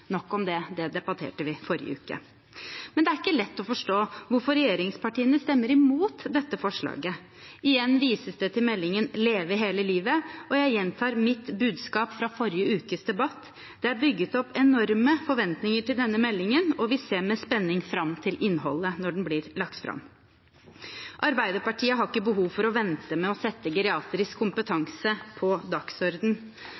Nok om det – det debatterte vi forrige uke. Men det er ikke lett å forstå hvorfor regjeringspartiene stemmer imot dette forslaget. Igjen vises det til meldingen Leve hele livet, og jeg gjentar mitt budskap fra forrige ukes debatt: Det er bygget opp enorme forventninger til denne meldingen, og vi ser med spenning fram til innholdet når den blir lagt fram. Arbeiderpartiet har ikke behov for å vente med å sette